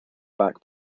back